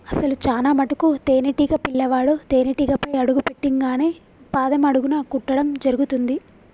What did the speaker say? అసలు చానా మటుకు తేనీటీగ పిల్లవాడు తేనేటీగపై అడుగు పెట్టింగానే పాదం అడుగున కుట్టడం జరుగుతుంది